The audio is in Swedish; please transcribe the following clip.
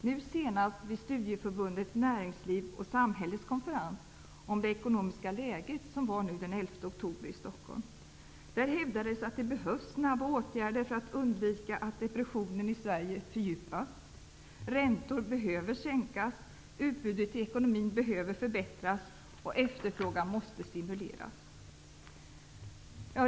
Nu senast vid Studieförbundet Näringsliv och Samhälles konferens i Stockholm den 11 oktober om det ekonomiska läget hävdades att det behövs snabba åtgärder för att undvika en fördjupning av depressionen i Sverige. Räntorna behöver sänkas. Utbudet i ekonomin behöver förbättras, och efterfrågan måste stimuleras.